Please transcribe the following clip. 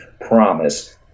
promise